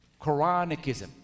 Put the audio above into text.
Quranicism